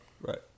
right